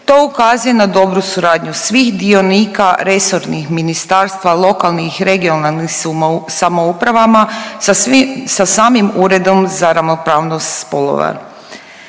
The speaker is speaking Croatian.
To ukazuje na dobru suradnju svih dionika resornih ministarstva, lokalnih i regionalnih samouprava sa samim uredom za ravnopravnost spolova.